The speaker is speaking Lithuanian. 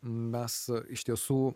mes iš tiesų